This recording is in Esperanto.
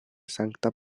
sankta